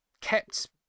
kept